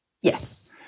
Yes